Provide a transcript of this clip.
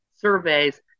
surveys